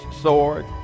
sword